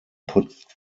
put